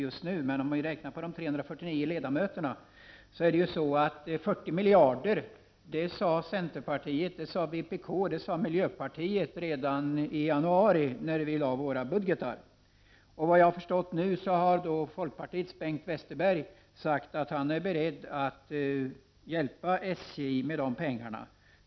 Centerpartiet, vpk och miljöpartiet har redan i januari fört fram dessa 40 miljarder i sina budgetar. Enligt vad jag har förstått har folkpartiets ledare, Bengt Westerberg, nu sagt att han är beredd att hjälpa SJ med pengarna.